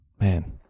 Man